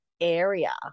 area